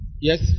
Yes